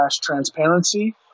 transparency